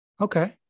Okay